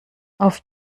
auf